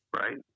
Right